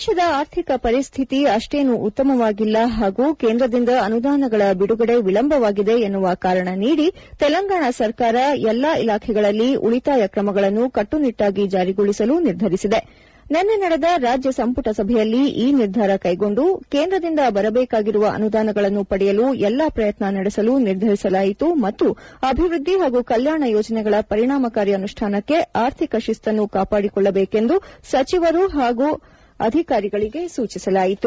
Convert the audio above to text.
ದೇಶದ ಆರ್ಥಿಕ ಪರಿಸ್ಥಿತಿ ಅಷ್ಷೇನು ಉತ್ತಮವಾಗಿಲ್ಲ ಹಾಗೂ ಕೇಂದ್ರದಿಂದ ಅನುದಾನಗಳ ಬಿದುಗಡೆ ವಿಳಂಬವಾಗಿದೆ ಎನ್ನುವ ಕಾರಣ ನೀಡಿ ತೆಲಂಗಾಣ ಸರ್ಕಾರ ಎಲ್ಲಾ ಇಲಾಖೆಗಳಲ್ಲಿ ಉಳಿತಾಯ ಕ್ರಮಗಳನ್ನು ಕಟ್ಟುನಿಟ್ಟಾಗಿ ಜಾರಿಗೊಳಿಸಲು ನಿರ್ಧರಿಸಿ ನಿನ್ನೆ ನಡೆದ ರಾಜ್ಯ ಸಂಪುಟ ಸಭೆಯಲ್ಲಿ ಈ ನಿರ್ಧಾರ ಕೈಗೊಂಡು ಕೇಂದ್ರದಿಂದ ಬರಬೇಕಾಗಿರುವ ಅನುದಾನಗಳನ್ನು ಪಡೆಯಲು ಎಲ್ಲಾ ಪ್ರಯತ್ನ ನಡೆಸಲು ನಿರ್ಧರಿಸಲಾಯಿತು ಮತ್ತು ಅಭಿವೃದ್ದಿ ಹಾಗೂ ಕಲ್ಯಾಣ ಯೋಜನೆಗಳ ಪರಿಣಾಮಕಾರಿ ಅನುಷ್ಣಾನಕ್ಕಾಗಿ ಆರ್ಥಿಕ ಶಿಸ್ತನ್ನು ಕಾಪಾಡಿಕೊಳ್ಳಬೇಕೆಂದು ಸಚಿವರು ಹಾಗೂ ಅಧಿಕಾರಿಗಳಿಗೆ ಸೂಚಿಸಲಾಯಿತು